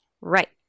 Right